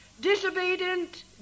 disobedient